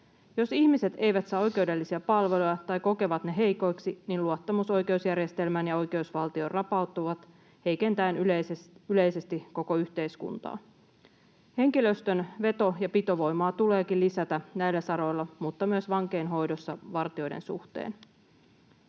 Jos ihmiset eivät saa oikeudellisia palveluja tai kokevat ne heikoiksi, luottamus oikeusjärjestelmään ja oikeusvaltioon rapautuu heikentäen yleisesti koko yhteiskuntaa. Henkilöstön veto- ja pitovoimaa tuleekin lisätä näillä saroilla, mutta myös vankeinhoidossa vartijoiden suhteen.